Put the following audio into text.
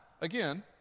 again